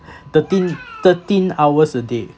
thirteen thirteen hours a day